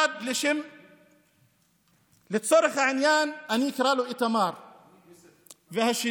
אחד, לצורך העניין, אני אקרא לו איתמר, השני,